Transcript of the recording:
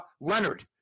Leonard